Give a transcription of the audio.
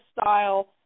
style